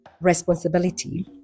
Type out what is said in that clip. responsibility